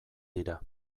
dira